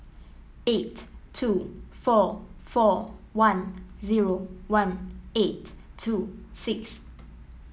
eight two four four one zero one eight two six